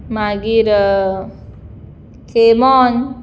मागीर खेमोन